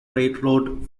railroad